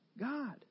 God